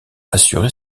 assurer